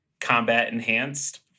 combat-enhanced